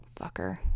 Fucker